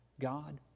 God